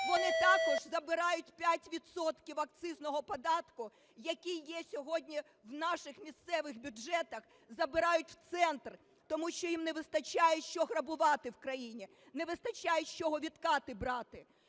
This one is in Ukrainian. Вони також забирають 5 відсотків акцизного податку, який є сьогодні в наших місцевих бюджетах, забирають в центр, тому що їм не вистачає, що грабувати в країні, не вистачає, з чого відкати брати.